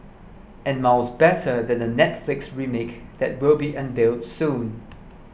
and miles better than the Netflix remake that will be unveiled soon